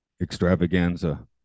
extravaganza